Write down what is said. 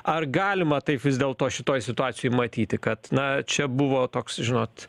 ar galima taip vis dėlto šitoj situacijoj matyti kad na čia buvo toks žinot